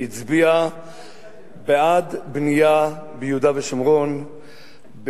הצביע בעד בנייה ביהודה ושומרון,